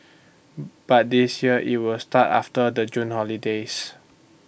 but this year IT will start after the June holidays